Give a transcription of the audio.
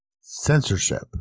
Censorship